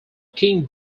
king